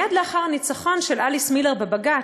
מייד לאחר הניצחון של אליס מילר בבג"ץ,